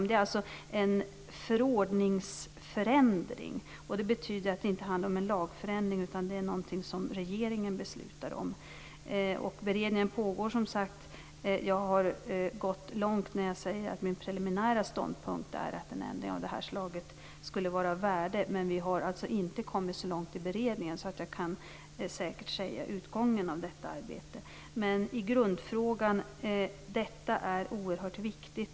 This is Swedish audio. Det är alltså en förordningsförändring. Det betyder att det inte handlar om en lagförändring. Det är någonting som regeringen beslutar om. Beredningen pågår, som sagt. Jag har gått långt när jag säger att min preliminära ståndpunkt är att en ändring av detta slag skulle vara av värde, men vi har inte kommit så långt i beredningen att jag säkert kan säga något om utgången av detta arbete. Grundfrågan är oerhört viktig.